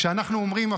כשאנחנו אומרים,